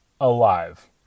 alive